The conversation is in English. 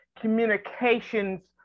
communications